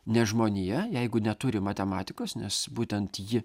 ne žmonija jeigu neturi matematikos nes būtent ji